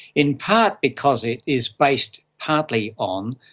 in part because it is based partly on,